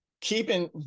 keeping